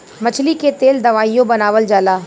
मछली के तेल दवाइयों बनावल जाला